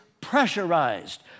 pressurized